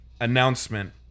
announcement